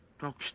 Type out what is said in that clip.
talks